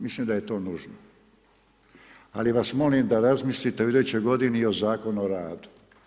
Mislim da je to nužno, ali vas molim da razmislite u idućoj godini i o Zakonu o radu.